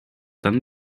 tan